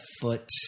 foot